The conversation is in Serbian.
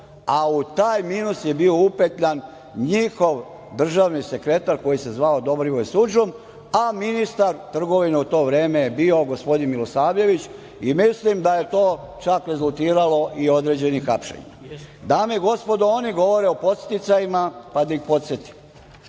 a u taj minus je bio upetljan njihov državni sekretar koji se zvao Dobrivoje Surdžum, a ministar trgovine u to vreme je bio gospodina Milosavljević. Mislim da je to čak i rezultiralo i određenim hapšenjima. Dame i gospodo oni govore o podsticajima pa da ih podsetim.